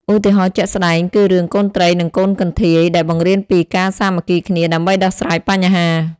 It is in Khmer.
ឧទាហរណ៍ជាក់ស្ដែងគឺរឿង កូនត្រី និងកូនកន្ធាយ ដែលបង្រៀនពីការសាមគ្គីគ្នាដើម្បីដោះស្រាយបញ្ហា។